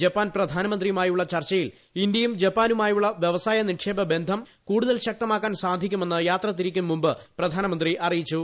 Japan പ്രധാനമന്ത്രിയുമായുള്ള ചർച്ചയിൽ ഇന്ത്യയും ജപ്പാനുമായുള്ള വ്യവസായ നിക്ഷേപ ബന്ധം കൂടുതൽ ശക്തമാക്കാൻ സാധിക്കുമെന്ന് യാത്ര തിരിക്കും മുൻപ് പ്രധാനമന്ത്രി അറിയിച്ചു